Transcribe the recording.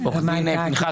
עו"ד פנחס